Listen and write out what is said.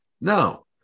no